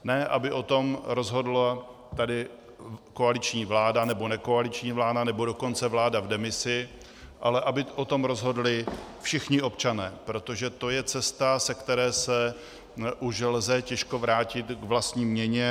Ne aby o tom rozhodla koaliční vláda nebo nekoaliční vláda, nebo dokonce vláda v demisi, ale aby o tom rozhodli všichni občané, protože to je cesta, ze které se už lze těžko vrátit k vlastní měně.